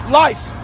life